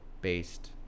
based